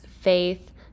faith